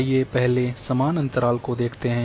आइए पहले समान अंतराल को देखते हैं